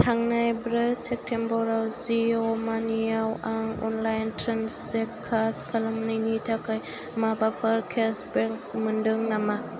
थांनाय ब्रै सेप्तेम्बराव जिअ मानिआव आं अनलाइन ट्रेन्जेककसन खालामनायनि थाखाय माबाफोर केसबेक मोन्दों नामा